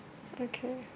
okay